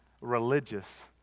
religious